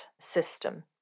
system